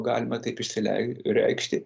galima taip išsilei reikšti